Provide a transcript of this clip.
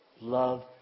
Love